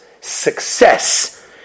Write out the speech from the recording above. success